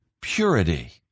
purity